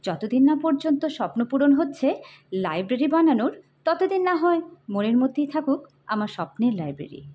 যতদিন না পর্যন্ত স্বপ্ন পূরণ হচ্ছে লাইব্রেরি বানানোর ততদিন না হয় মনের মধ্যেই থাকুক আমার স্বপ্নের লাইব্রেরি